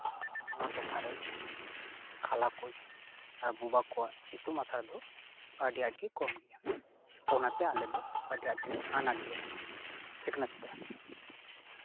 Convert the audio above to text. ᱚᱱᱟ ᱴᱚᱴᱷᱟᱨ ᱨᱮ ᱠᱟᱞᱟ ᱠᱩᱡ ᱟᱨ ᱵᱳᱵᱟ ᱠᱚᱣᱟᱜ ᱤᱛᱩᱱ ᱟᱥᱲᱟ ᱫᱚ ᱟᱹᱰᱤ ᱟᱸᱴ ᱜᱮ ᱠᱚᱢ ᱜᱮᱭᱟ ᱚᱱᱟᱛᱮ ᱟᱞᱮᱫᱚ ᱟᱹᱰᱤ ᱟᱸᱴ ᱜᱮᱞᱮ ᱟᱱᱟᱴ ᱜᱮᱭᱟ ᱥᱤᱠᱷᱱᱟᱹᱛ ᱛᱮ